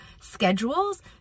schedules